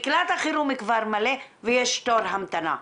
מקלט החירום כבר מלא ויש תור המתנה,